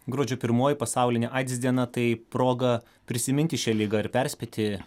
gruodžio pirmoji pasaulinė aids diena tai proga prisiminti šią ligą ir perspėti